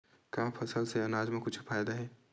का फसल से आनाज मा कुछु फ़ायदा हे?